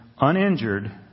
uninjured